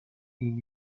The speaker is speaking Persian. این